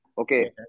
Okay